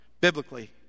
Biblically